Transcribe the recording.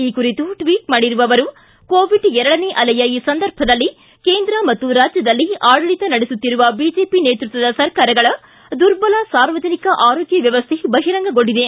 ಈ ಕುರಿತು ಟ್ವಿಬ್ ಮಾಡಿರುವ ಅವರು ಕೋವಿಡ್ ಎರಡನೇ ಅಲೆಯ ಈ ಸಂದರ್ಭದಲ್ಲಿ ಕೇಂದ್ರ ಮತ್ತು ರಾಜ್ಯದಲ್ಲಿ ಆಡಳಿತ ನಡೆಸುತ್ತಿರುವ ಬಿಜೆಪಿ ನೇತೃತ್ವದ ಸರ್ಕಾರಗಳ ದುರ್ಬಲ ಸಾರ್ವಜನಿಕ ಆರೋಗ್ತ ವ್ಯವಸ್ಥೆ ಬಹಿರಂಗೊಂಡಿದೆ